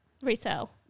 Retail